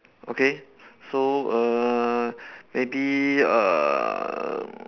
okay so err maybe err